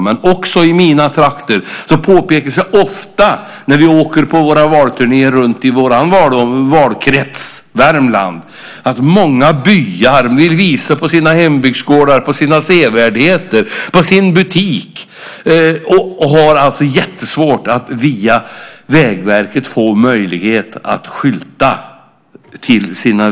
Men också i min valkrets Värmland påpekas det ofta vid våra valturnéer att många byar vill visa sina hembygdsgårdar, sevärdheter och butiker. De har svårt att via Vägverket få möjlighet att skylta.